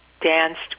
danced